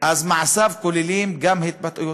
אז מעשיו כוללים גם את התבטאויותיו.